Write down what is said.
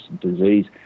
disease